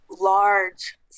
large